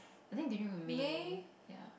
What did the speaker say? I think you may ya